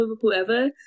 whoever